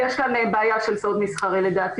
לדעתי